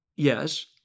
Yes